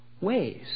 ways